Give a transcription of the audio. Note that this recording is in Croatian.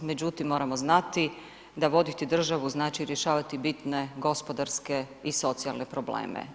Međutim, moramo znati da voditi državu znači rješavati bitne gospodarske i socijalne probleme.